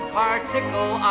particle